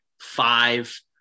five